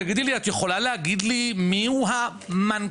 תגידי לי את יכולה להגיד לי מיהו המנכ"ל,